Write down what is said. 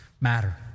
matter